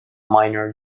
minor